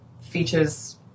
features